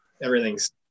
everything's